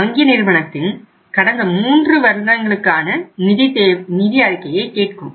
வங்கி நிறுவனத்தின் கடந்த மூன்று வருடங்களுக்கான நிதி அறிக்கையை கேட்கும்